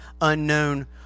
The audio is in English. unknown